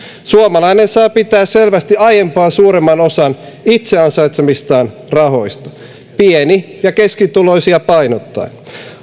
suomalainen saa pitää selvästi aiempaa suuremman osan itse ansaitsemistaan rahoista pieni ja keskituloisia painottaen